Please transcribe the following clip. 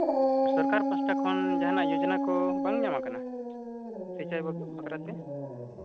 ᱥᱚᱨᱠᱟᱨ ᱯᱟᱥᱴᱟ ᱠᱷᱚᱱ ᱡᱟᱦᱟᱱᱟᱜ ᱡᱳᱡᱚᱱᱟ ᱠᱚ ᱵᱟᱝ ᱧᱟᱢ ᱠᱟᱱᱟ ᱥᱤᱪᱟᱭ ᱵᱟᱠᱷᱨᱟ ᱛᱮ